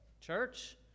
Church